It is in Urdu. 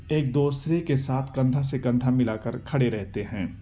ایک دوسرے کے ساتھ کندھا سے کندھا ملا کر کھڑے رہتے ہیں